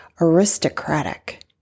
aristocratic